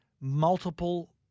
multiple